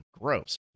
Gross